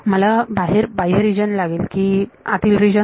मला बाहेर बाह्य रिजन लागेल की आतील रीजन